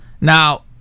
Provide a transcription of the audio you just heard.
now